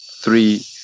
three